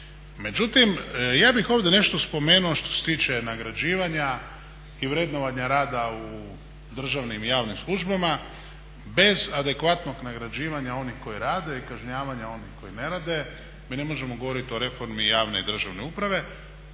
Međutim, ja bih ovdje nešto spomenuo što se tiče nagrađivanja i vrednovanja rada u državnim i javnim službama. Bez adekvatnog nagrađivanja onih koji rade i kažnjavanja onih koji ne rade, mi ne možemo govorit javne i državne uprave.